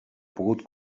pogut